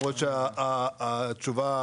נמרוד הגלילי,